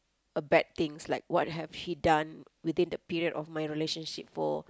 a bad things like what have she done within the period of my relationship for